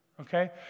okay